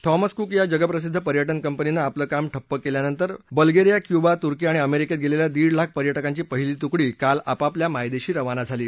Thomas Cook या जगप्रसिद्ध पर्यटन कंपनीनं आपलं काम ठप्प केल्यानंतर बल्गेरिया क्युबा तुर्की आणि अमेरिकेत गेलेल्या दीड लाख पर्यटकांची पहिली तुकडी काल आपापल्या मायदेशी रवाना झाली आहे